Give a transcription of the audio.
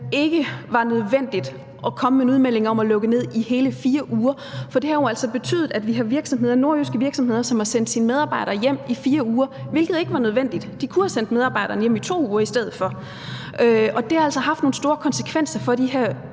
ikke var nødvendigt at komme med en udmelding om at lukke ned i hele 4 uger? For det har jo altså betydet, at vi har nordjyske virksomheder, som har sendt deres medarbejdere hjem i 4 uger, hvilket ikke var nødvendigt. De kunne have sendt medarbejderne hjem i 2 uger i stedet for. Og det har altså haft nogle store konsekvenser for de her